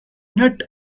not